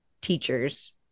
teachers